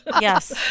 yes